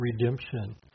redemption